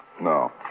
no